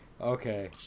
Okay